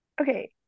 Okay